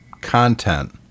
content